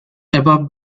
above